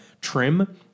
trim